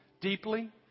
deeply